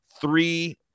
Three